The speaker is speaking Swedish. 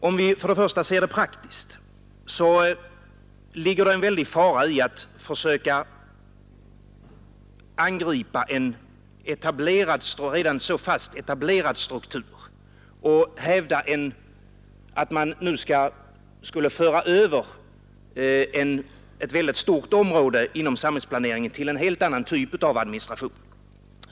Om vi för det första ser det praktiskt så ligger det en väldig fara i att försöka angripa en redan så fast etablerad struktur och hävda att man nu skulle föra över ett väldigt stort område inom samhällsplaneringen till en helt annan typ av administration.